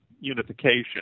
Unification